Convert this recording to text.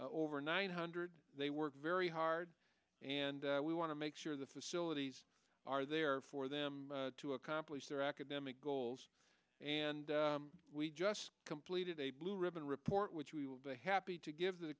overnight hundred they work very hard and we want to make sure the facilities are there for them to accomplish their academic goals and we just completed a blue ribbon report which we will be happy to give the